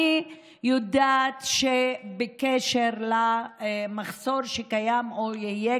אני יודעת בקשר למחסור שקיים או יהיה